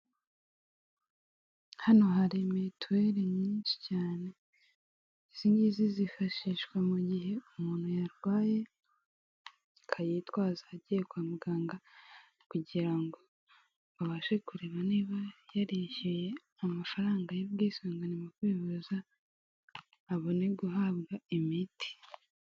Hano hari metuweri nyinshi cyane izi zifashishwa mu gihe umuntu yarwaye akayitwaza agiye kwa muganga kugirango ngo abashe kureba niba yarishyuye amafaranga y'ubwisungane mu kwivuza abone guhabwa imiti.